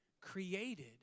created